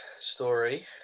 story